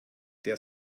der